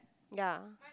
ya